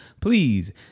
please